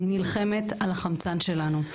אני נלחמת על החמצן שלנו.